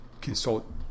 Consult